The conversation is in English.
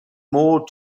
more